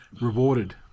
rewarded